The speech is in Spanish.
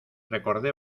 recordé